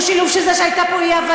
והוא שילוב של זה שהייתה פה אי-הבנה,